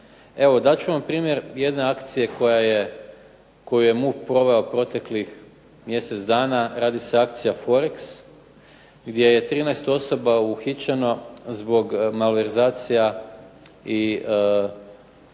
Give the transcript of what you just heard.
ću vam primjer jedne akcije koju je MUP proveo proteklih mjesec dana, radi se o "akciji FOREX" gdje je 13 osoba uhićeno zbog malverzacija i krađe